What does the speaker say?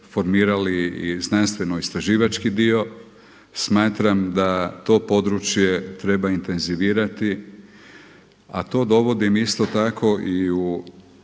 formirali i znanstveno istraživački dio. Smatram da to područje treba intenzivirati. A to dovodim isto tako i u